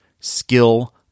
skill